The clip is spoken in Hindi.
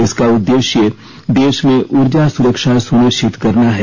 इसका उद्देश्य देश में ऊर्जा सुरक्षा सुनिश्चित करना है